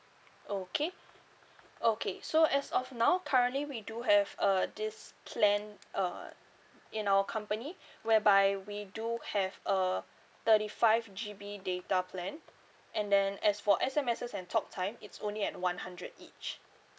okay okay so as of now currently we do have a this plan uh in our company whereby we do have a thirty five G_B data plan and then as for S_M_Ses and talk time it's only at one hundred each